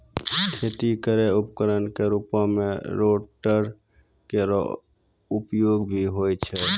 खेती केरो उपकरण क रूपों में रोटेटर केरो उपयोग भी होय छै